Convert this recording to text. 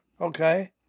okay